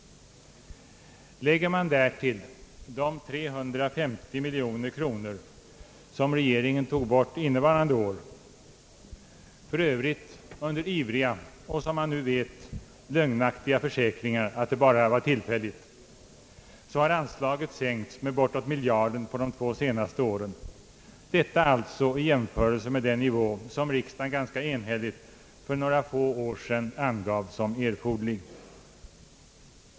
Lägger man därtill de 350 miljoner kronor som regeringen tog bort innevarande år — för övrigt under ivriga och som man nu kan se lögnaktiga försäkringar att det bara var tillfälligt — så har anslagen sänkts med bortåt miljarden på de två senaste åren, detta alltså i jämförelse med den nivå som riksdagen ganska enhälligt för några få år sedan angav som erforderlig.